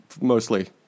mostly